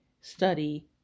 study